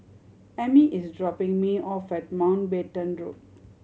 Ami is dropping me off at Mountbatten Road